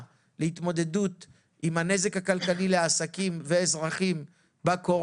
להתמודדות עם הנזק הכלכלי לעסקים בקורונה,